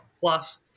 plus